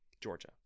Georgia